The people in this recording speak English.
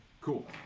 Cool